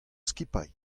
skipailh